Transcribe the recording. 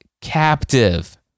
captive